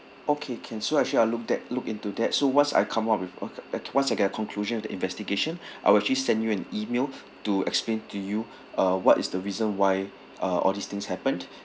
okay can so actually I'll look that look into that so once I come up with once I get a conclusion with the investigation I will actually send you an email to explain to you uh what is the reason why uh all these things happened